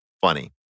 funny